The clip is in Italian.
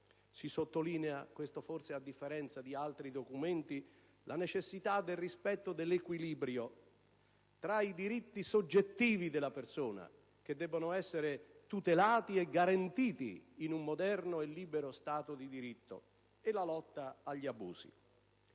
Si sottolinea - questo forse a differenza di altri documenti - la necessità del rispetto dell'equilibrio tra i diritti soggettivi della persona, che debbono essere tutelati e garantiti in un moderno e libero Stato di diritto, e la lotta agli abusi.